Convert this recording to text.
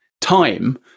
time